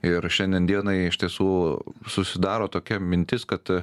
ir šiandien dienai iš tiesų susidaro tokia mintis kad